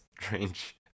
strange